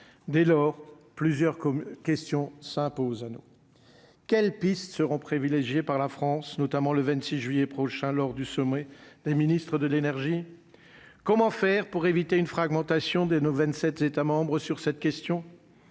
dès lors, plusieurs questions s'imposent à nous, quelles pistes seront privilégiés par la France, notamment le 26 juillet prochain lors du sommet des ministres de l'énergie, comment faire pour éviter une fragmentation des nos 27 États sur cette question,